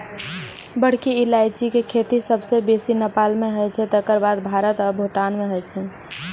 बड़की इलायचीक खेती सबसं बेसी नेपाल मे होइ छै, तकर बाद भारत आ भूटान मे होइ छै